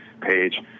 page